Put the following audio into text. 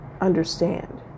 understand